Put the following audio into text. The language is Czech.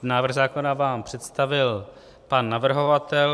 Návrh zákona vám představil pan navrhovatel.